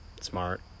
smart